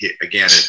Again